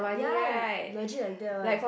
ya legit like that one